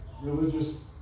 religious